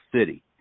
City